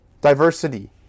diversity